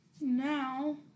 Now